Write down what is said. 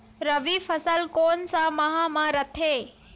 रबी फसल कोन सा माह म रथे?